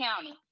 County